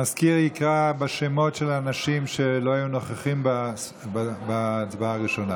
בעד המזכיר יקרא בשמות של האנשים שלא היו נוכחים בהצבעה הראשונה.